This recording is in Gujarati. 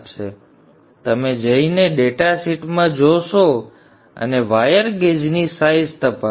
તેથી તમે જઈને ડેટા શીટમાં જોશો અને વાયર ગેજની સાઇઝ તપાસો